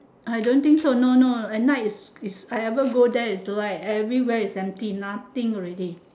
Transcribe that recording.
I don't think so no no at night is is I ever go there is light every where is empty nothing already